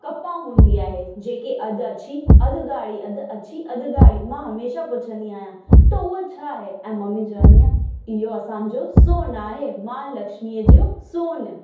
कपहि हूंदी आहे जेकी अधु अछी अधु ॻाढ़ी अधु अछी अधु ॻाढ़ी मां हमेशा पुछंदी आहियां त उहा छा आहे ऐं मम्मी चवंदी आहे इहो असांजो सोनु आहे महालक्ष्मीअ जो सोनु